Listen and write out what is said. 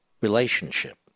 relationship